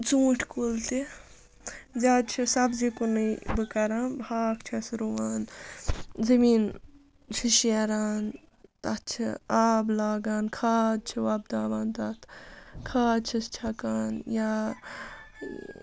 ژوٗنٛٹھۍ کُل تہِ زیادٕ چھِ سبزی کُنُے بہٕ کَران ہاکھ چھَس رُوان زٔمیٖن چھِ شیران اَتھ چھِ آب لاگان کھاد چھِ وۄپداوان تَتھ کھاد چھَس چھَکان یا